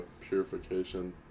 purification